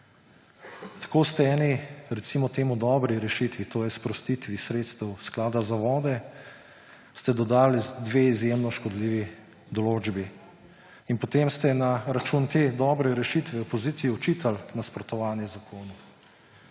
Tako ste eni, recimo temu, dobri rešitvi, to je sprostitvi sredstev Sklada za vode, dodali 2 izjemno škodljivi določbi in potem ste na račun te dobre rešitve opoziciji očitali nasprotovanje zakonu,